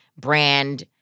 brand